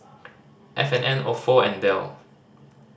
F and N Ofo and Dell